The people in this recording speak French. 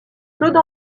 claude